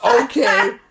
Okay